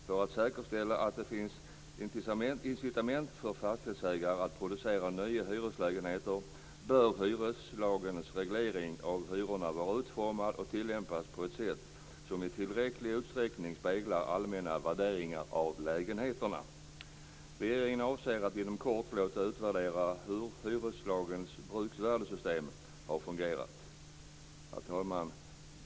För att säkerställa att det finns incitament för fastighetsägare att producera nya hyreslägenheter bör hyreslagens regler om hyrorna vara utformade och tillämpas på ett sätt som i tillräcklig utsträckning speglar allmänna värderingar av lägenheterna. Regeringen avser att inom kort låta utvärdera hur hyreslagens bruksvärdessystem har fungerat." Herr talman!